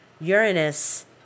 Uranus